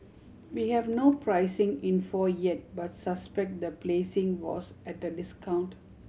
we have no pricing info yet but suspect the placing was at a discount